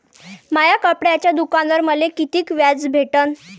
माया कपड्याच्या दुकानावर मले कितीक व्याज भेटन?